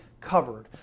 covered